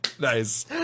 Nice